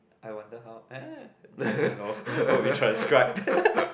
I wonder how I don't know oh we transcribe